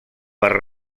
per